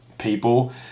people